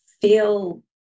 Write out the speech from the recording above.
feel